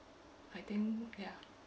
I think ya